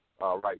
right